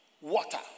water